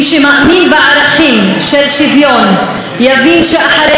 מי שמאמין בערכים של שוויון יבין שאחרי